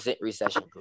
recession